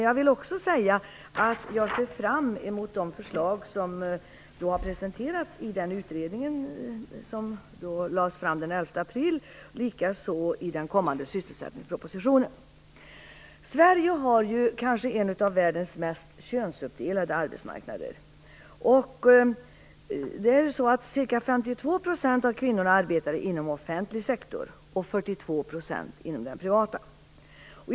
Jag vill också säga att jag ser fram emot de förslag som har presenterats i den utredning som lades fram den 11 april och de förslag som kommer i sysselsättningspropositionen. Sverige har kanske en av världens mest könsuppdelade arbetsmarknader. Ca 52 % av kvinnorna arbetar inom den offentliga sektorn och 42 % inom den privata.